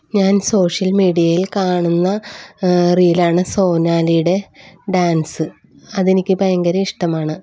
ഞാൻ സോഷ്യൽ മീഡിയയിൽ കാണുന്ന റീലാണ് സോനാലിയുടെ ഡാൻസ് അതെനിക്ക് ഭയങ്കര ഇഷ്ടമാണ്